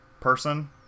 person